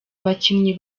abakinnyi